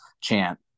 chant